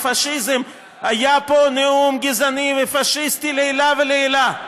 בפאשיזם היה פה נאום גזעני ופאשיסטי לעילא ולעילא,